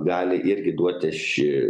gali irgi duoti šį